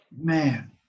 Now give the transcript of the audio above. man